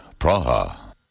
Praha